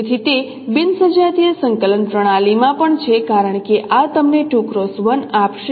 તેથી તે બિન સજાતીય સંકલન પ્રણાલીમાં પણ છે કારણ કે આ તમને આપશે